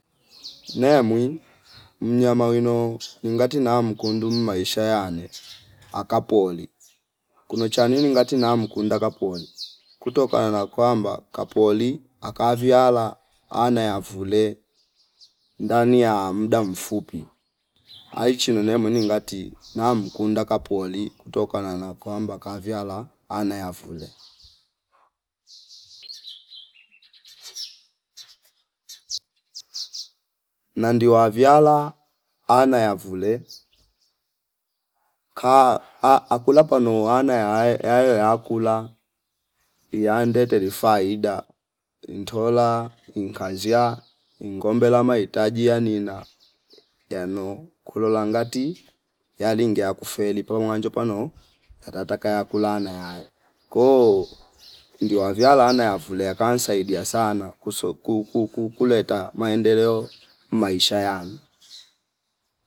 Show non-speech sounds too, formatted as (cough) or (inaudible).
Naya muwin mnyama wino mngati na mkundum maisha yane akapoli kuno chanini ngati nam kunda kapwoni kutokana na kwamba kapoli akaviala aneafule ndani ya mdaa mfupi aichi nonee muni ngati na mkunda kapwoli kutokana na kwamba kaviala aneafule (noise) Na ndi waviala ana yavule kaa akula pano ana aye yayoe yakula iyande terifaida intola inkazia ngombela maitaji yanina yano kulola ngati yalingia kufeli (unintelligible) yatata yakulana yae koo ndiwa vyalana yafulea kansaidia sana kuso kuu- kuleta maendeleo maisha yani